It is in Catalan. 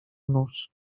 nos